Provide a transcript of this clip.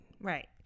right